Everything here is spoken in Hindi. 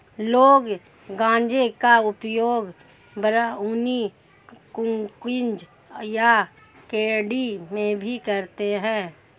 लोग गांजे का उपयोग ब्राउनी, कुकीज़ या कैंडी में भी करते है